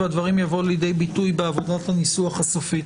והדברים יבואו לידי ביטוי באופן הניסוח הסופי: